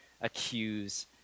accuse